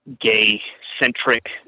gay-centric